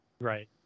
Right